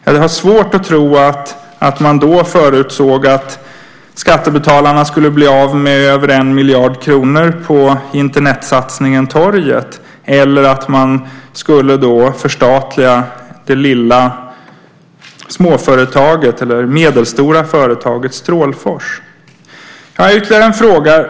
Jag har svårt att tro att man då förutsåg att skattebetalarna skulle bli av med över en miljard kronor på Internetsatsningen Torget eller att man skulle förstatliga det medelstora företaget Strålfors. Jag har ytterligare en fråga.